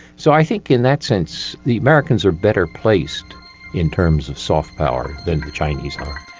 so i think in that sense the americans are better placed in terms of soft power than the chinese are.